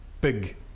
big